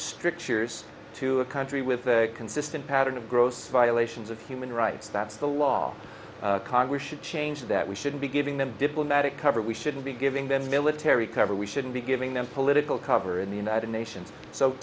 strictures to a country with a consistent pattern of gross violations of human rights that's the law congress should change that we shouldn't be giving them diplomatic cover we shouldn't be giving them military cover we shouldn't be giving them political cover in the united nations so